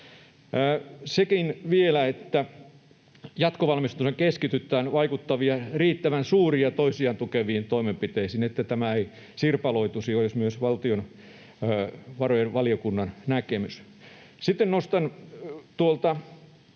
Sekin vielä, että jatkovalmisteluissa keskitytään vaikuttaviin ja riittävän suuriin ja toisiaan tukeviin toimenpiteisiin, niin että tämä ei sirpaloituisi, olisi myös valtiovarainvaliokunnan näkemys. Sitten nostan tuolta,